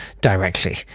directly